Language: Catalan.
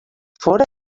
fóra